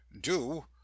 Do